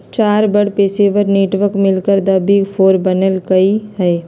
चार बड़ पेशेवर नेटवर्क मिलकर द बिग फोर बनल कई ह